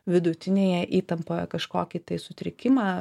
vidutinėje įtampoje kažkokį tai sutrikimą